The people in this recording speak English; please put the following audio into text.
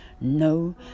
no